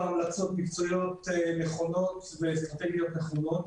המלצות מקצועיות נכונות ואסטרטגיות נכונות.